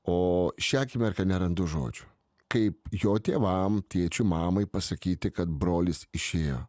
o šią akimirką nerandu žodžių kaip jo tėvam tėčiui mamai pasakyti kad brolis išėjo